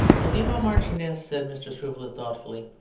well, do you know, marchioness said mr. swiveller thoughtfully,